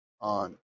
on